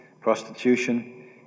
prostitution